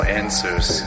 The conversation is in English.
answers